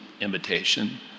imitation